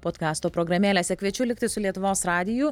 podkesto programėlėse kviečiu likti su lietuvos radiju